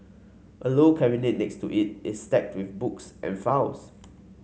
a low cabinet next to it is stacked with books and files